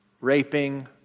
raping